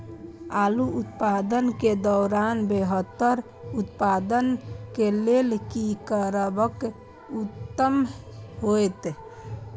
आलू उत्पादन के दौरान बेहतर उत्पादन के लेल की करबाक उत्तम होयत?